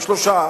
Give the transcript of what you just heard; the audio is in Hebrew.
שלושה,